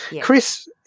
Chris